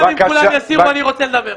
גם אם כולם יסירו אני רוצה לדבר.